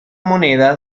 moneda